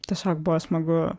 tiesiog buvo smagu